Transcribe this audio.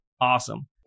Awesome